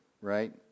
right